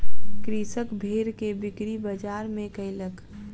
कृषक भेड़ के बिक्री बजार में कयलक